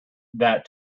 that